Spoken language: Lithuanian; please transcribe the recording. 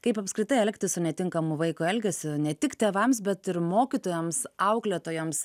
kaip apskritai elgtis su netinkamu vaiko elgesiu ne tik tėvams bet ir mokytojams auklėtojams